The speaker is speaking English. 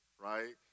right